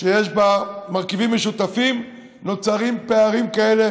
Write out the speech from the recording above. שיש בה מרכיבים משותפים נוצרים פערים כאלה,